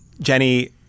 Jenny